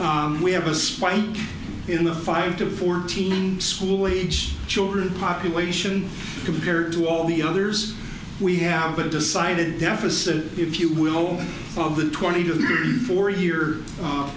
we have a spike in the five to fourteen school age children population compared to all the others we haven't decided deficit if you will of the twenty four year